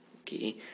Okay